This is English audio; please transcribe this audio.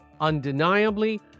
Undeniably